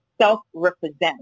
self-represent